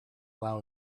allow